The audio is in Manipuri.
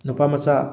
ꯅꯨꯄꯥ ꯃꯆꯥ